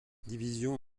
division